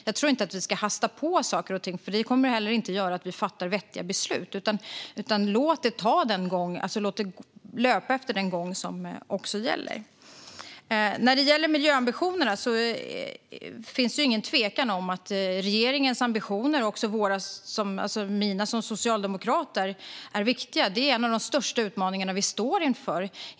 Jag tror inte att vi ska hasta på saker och ting eftersom det inte kommer att göra att vi fattar vettiga beslut. Låt den gång som gäller löpa. När det gäller miljöambitionerna råder inget tvivel om att regeringens ambitioner - Socialdemokraternas och mina - är viktiga. De är en av de största utmaningarna vi står inför.